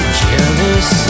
jealous